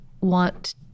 want